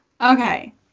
okay